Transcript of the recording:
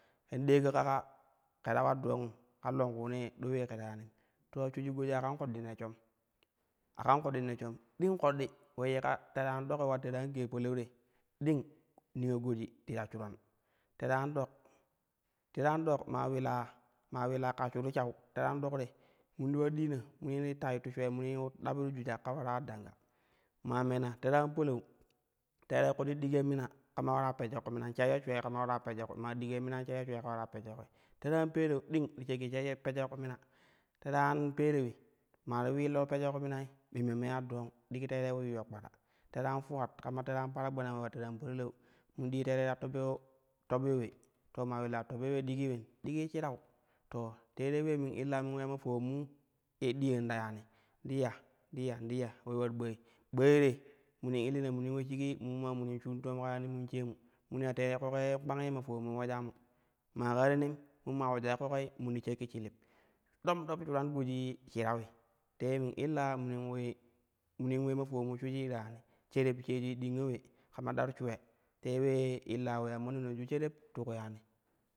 Ken deeko kaka ke ta ular dongum ka longkuunee a ɗo ule ke ta yanim to shuiji goji a kan koɗɗi nesh shoru a kan koɗɗi neshashom ding koɗɗi ye tere an dok ule ular tere an gee palau te ding niyo goji ti ya shuran tere an dok tere an dok maa willa maa willa kashshuru shau tere an da te mun ti ula diina munin ti tayittu shulee munin yiu da ba-iyya jujak ka ule ya danga, maa mee tere an palau teerei koɗɗi digya mina kama klara pejya ku minai sheyye shulee kama ulara pejyo kui maa digya minai sheyyo shulee ka ule alara pejyo kuli tere an pereu ding ti shakki sheyyo pejyo ku mina tre an pereui maa ti willo pejyo ku minai memme miya dong digi teerei yuyyo kpara, tere an fuwat kama tere an paragbanang ule ular tere an parilau mu dii tere ta tobyo tobyo ule, to maa willa tobyo ule digi illen digi shimu teere ulee mun illa mun uleya ma foulonmu ye ɗiyan ta yani ti ya tiya tiya ule ular ɓooi ɓooi te munin illana munin ille shiji mu maa munin shun toom ka yani mun sheemu, munu ya teere ƙoƙo yen kpang ye ma fowom mu uleja mu maa kaa tenem mun maa uleja ƙoƙoi mun ti shakki shilib, dop dop shuran gojii shirawi tee mun illa munin ule munin ule ma foulon mu shuiji ta yani, shereb shejui dinga ule kama daru shuule tee ulee illa uleya ma nononju shereb ti ku yaani.